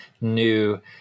new